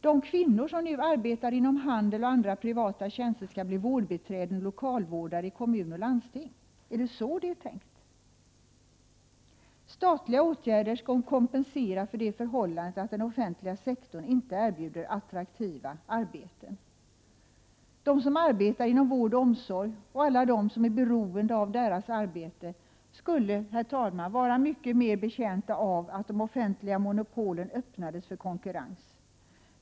De kvinnor som nu arbetar inom handel och andra privata tjänster skall bli vårdbiträden och lokalvårdare i kommun och landsting. Är det så det är tänkt? Statliga åtgärder skall kompensera för förhållandet att den offentliga sektorn inte erbjuder attraktiva arbeten. De som arbetar inom vård och omsorg, och alla de som är beroende av deras arbete skulle, herr talman, vara mycket mer betjänta av att de offentliga monopolen öppnades för konkurrens.